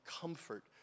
comfort